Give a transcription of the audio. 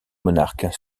monarque